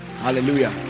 Hallelujah